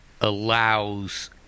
allows